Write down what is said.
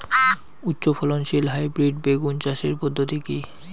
উচ্চ ফলনশীল হাইব্রিড বেগুন চাষের পদ্ধতি কী?